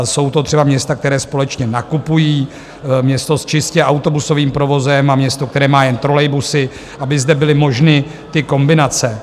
Jsou to třeba města, která společně nakupují, město s čistě autobusovým provozem a město, které má jen trolejbusy, aby zde byly možné ty kombinace.